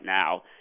now